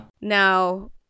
Now